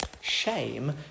Shame